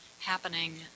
happening